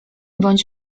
bądź